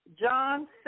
John